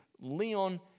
Leon